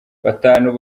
batanu